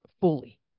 fully